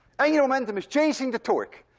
ah you know momentum is chasing the torque.